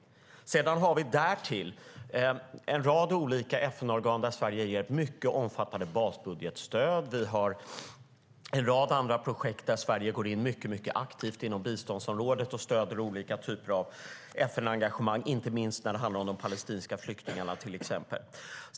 Därtill har vi en rad olika FN-organ där Sverige ger mycket omfattande basbudgetstöd, och vi har en rad andra projekt där Sverige går in mycket aktivt inom biståndsområdet och stöder olika typer av FN-engagemang, inte minst när det handlar om de palestinska flyktingarna till exempel.